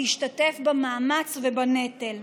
להשתתף במאמץ ובנטל.